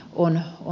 one o